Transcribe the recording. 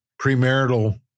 premarital